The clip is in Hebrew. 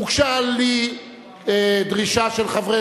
הוגשה לי דרישה של חברי